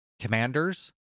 Commanders